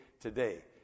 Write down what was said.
today